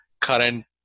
current